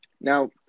Now